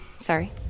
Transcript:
Sorry